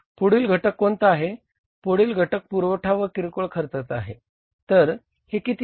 पुढील घटक कोणता आहे पुढील घटक पुरवठा व किरकोळ खर्चाचा आहे तर हे किती आहे